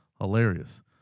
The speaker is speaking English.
hilarious